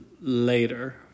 later